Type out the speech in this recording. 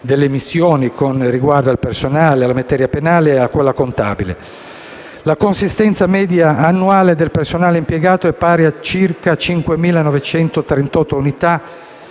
delle missioni con riguardo al personale, alla materia penale e a quella contabile. La consistenza media annuale del personale impiegato è pari a circa 5.938 unità,